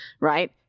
right